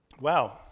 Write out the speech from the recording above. Wow